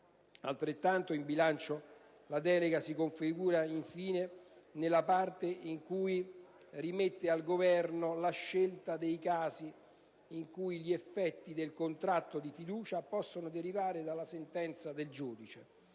Parimenti in bianco la delega si configura infine nella parte in cui rimette al Governo la scelta dei casi in cui gli effetti del contratto di fiducia possono derivare dalla sentenza del giudice.